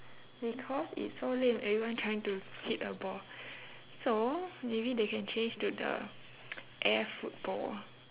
because it's so lame everyone trying to hit the ball so maybe they can change to the air football